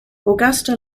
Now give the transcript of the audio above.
augusta